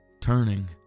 Turning